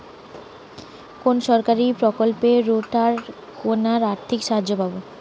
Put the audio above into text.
কোন সরকারী প্রকল্পে রোটার কেনার আর্থিক সাহায্য পাব?